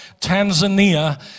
Tanzania